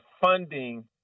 funding